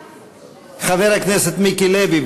חבר הכנסת מיקי לוי,